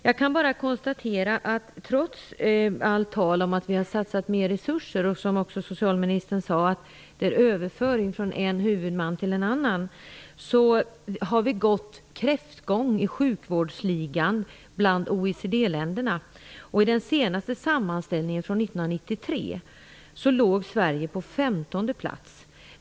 Jag kan bara konstatera att trots allt tal om att vi har satsat mer resurser - som socialministern också sade är det fråga om överföring från en huvudman till en annan - har vi gått kräftgång i sjukvårdsligan bland OECD-länderna. I den senaste sammanställningen från 1993 låg Sverige på femtonde plats.